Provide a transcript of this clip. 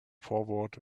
forward